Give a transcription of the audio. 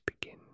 begin